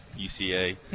UCA